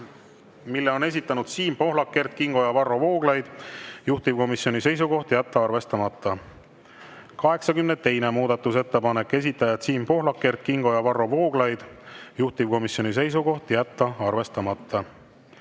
mille on esitanud Siim Pohlak, Kert Kingo ja Varro Vooglaid. Juhtivkomisjoni seisukoht: jätta arvestamata. 82. muudatusettepanek, esitajad Siim Pohlak, Kert Kingo ja Varro Vooglaid. Juhtivkomisjoni seisukoht: jätta arvestamata.